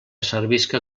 servisca